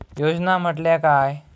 योजना म्हटल्या काय?